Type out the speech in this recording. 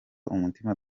umutima